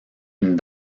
une